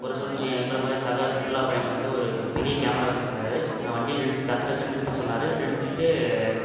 ஒரு சூழ் எங்களை மாதிரி சக சுற்றுலா பயணி வந்து ஒரு பெரிய கேமரா வெச்சுருந்தாரு வண்டி நிறுத் டக்கு டக்குன்னு நிறுத்த சொன்னார் நிறுத்திவிட்டு